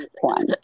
one